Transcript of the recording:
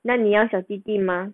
那你要小弟弟吗